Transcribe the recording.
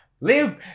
Leave